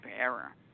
error